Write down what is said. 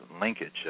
linkage